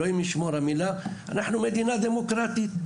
אלוהים ישמור - אנחנו מדינה דמוקרטית,